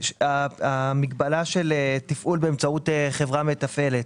המגבלה של תפעול באמצעות חברה מתפעלת,